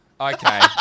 Okay